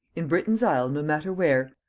in britain's isle, no matter where,